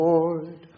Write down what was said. Lord